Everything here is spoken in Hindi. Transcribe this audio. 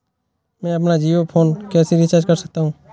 मैं अपना जियो फोन कैसे रिचार्ज कर सकता हूँ?